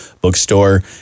bookstore